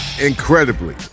Incredibly